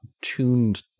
tuned